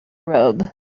robe